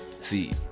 See